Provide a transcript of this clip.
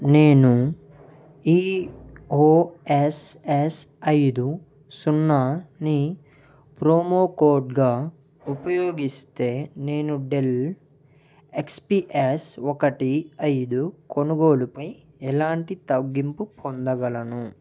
నేను E O S S ఐదు సున్నాని ప్రోమో కోడ్గా ఉపయోగిస్తే నేను డెల్ ఎక్స్ పీ ఎస్ ఒకటి ఐదు కొనుగోలుపై ఎలాంటి తగ్గింపు పొందగలను